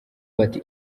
bati